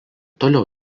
toliau